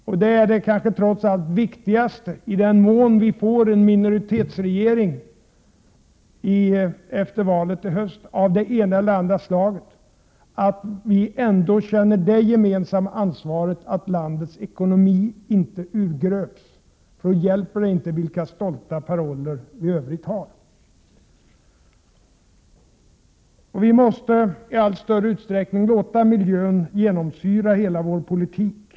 Och det är kanske trots allt det viktigaste, om vi får en minoritetsregering efter valet i höst av det ena eller andra slaget, att vi ändå känner det gemensamma ansvaret att landets ekonomi inte urgröps. Eljest hjälper det inte vilka stolta paroller vi i övrigt har. Vi måste i allt större utsträckning låta miljön genomsyra hela vår politik.